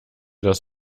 das